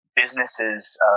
businesses